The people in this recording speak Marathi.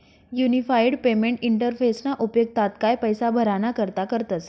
युनिफाईड पेमेंट इंटरफेसना उपेग तात्काय पैसा भराणा करता करतस